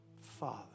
Father